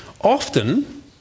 Often